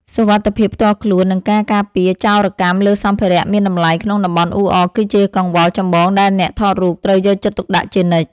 សុវត្ថិភាពផ្ទាល់ខ្លួន និងការការពារចោរកម្មលើសម្ភារៈមានតម្លៃក្នុងតំបន់អ៊ូអរ គឺជាកង្វល់ចម្បងដែលអ្នកថតរូបត្រូវយកចិត្តទុកដាក់ជានិច្ច។